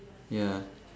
ya